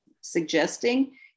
suggesting